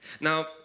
Now